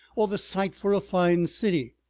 or the site for a fine city,